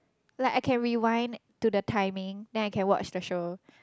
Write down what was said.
like I can rewind to the timing then I can watch the show